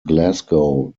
glasgow